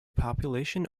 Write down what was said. population